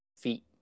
feet